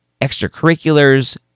extracurriculars